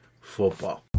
Football